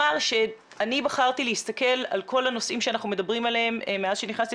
אני בחרתי להסתכל על כל הנושאים שאנחנו מדברים עליהם מאז שנכנסתי